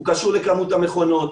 הוא קשור לכמות המכונות,